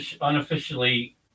unofficially